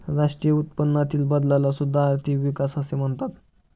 राष्ट्रीय उत्पन्नातील बदलाला सुद्धा आर्थिक विकास असे म्हणतात